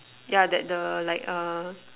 yeah that the like err